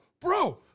bro